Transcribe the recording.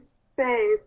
say